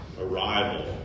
arrival